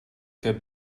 kept